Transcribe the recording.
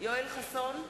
יואל חסון,